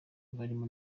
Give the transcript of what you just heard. barimo